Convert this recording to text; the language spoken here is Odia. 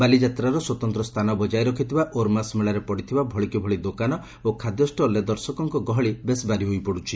ବାଲିଯାତ୍ରାର ସ୍ୱତନ୍ତ ସ୍କାନ ବଜାୟ ରଖିଥିବା ଓର୍ମାସ ମେଳାରେ ପଡିଥିବା ଭଳିକିଭଳି ଦୋକାନ ଓ ଖାଦ୍ୟଷ୍ଟଲରେ ଦର୍ଶକଙ୍କ ଗହଳି ବେଶ୍ ବାରି ହୋଇପଡୁଛି